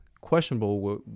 questionable